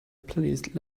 playlist